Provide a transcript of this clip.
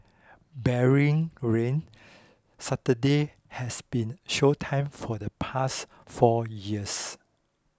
barring rain Saturday has been show time for the past four years